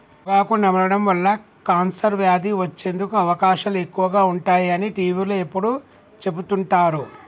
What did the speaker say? పొగాకు నమలడం వల్ల కాన్సర్ వ్యాధి వచ్చేందుకు అవకాశాలు ఎక్కువగా ఉంటాయి అని టీవీలో ఎప్పుడు చెపుతుంటారు